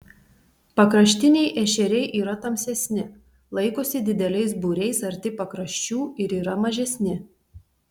pakraštiniai ešeriai yra tamsesni laikosi dideliais būriais arti pakraščių ir yra mažesni